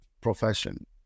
profession